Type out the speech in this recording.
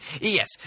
yes